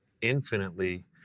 infinitely